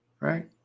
right